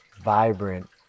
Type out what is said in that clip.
vibrant